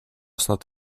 snad